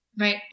Right